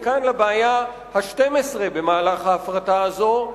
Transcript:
מכאן לבעיה השתים-עשרה במערך ההפרטה הזאת,